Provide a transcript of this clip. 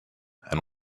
and